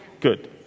Good